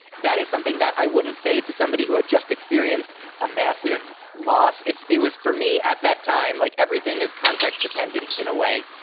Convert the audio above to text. that is something that i wouldn't say to somebody who had just experienced a massive loss. it was for me at that time. like everything is context dependent. in a way.